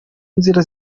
nzira